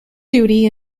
duty